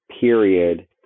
period